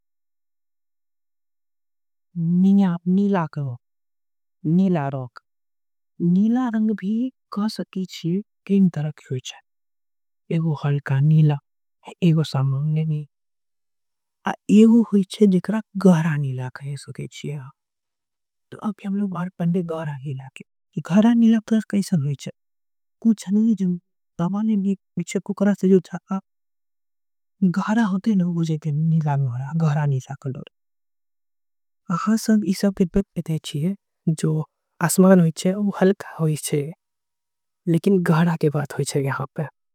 नीला भी कई परकार के होय छीये एगो हल्का नीला एगो। सामान्य नीला आऊ एगो होय छे जेकरा गहरा नीला कहे। छीये अभी हम बात करेले गहरा नीला के गहरा नीला जो। होय छे ओकरा के देख के आसमान के याद आवे छीये।